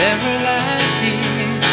Everlasting